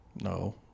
No